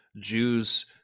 Jews